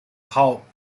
hawke